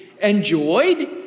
enjoyed